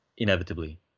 inevitably